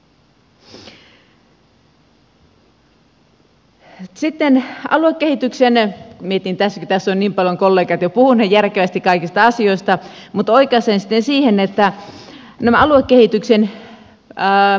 sitten aluekehityksen mietin tässä kun tässä ovat niin paljon kollegat jo puhuneet järkevästi kaikista asioista mutta oikaisen sitten siihen aluekehityksen määrärahat